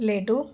laddu